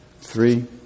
Three